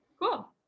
Cool